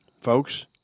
folks